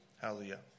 Hallelujah